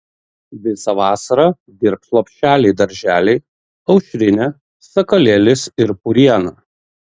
visą vasarą dirbs lopšeliai darželiai aušrinė sakalėlis ir puriena